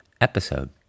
episode